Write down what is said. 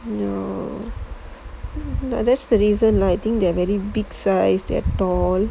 ya but that's the reason lor I think they're very big size they are tall